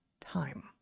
time